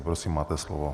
Prosím, máte slovo.